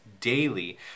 daily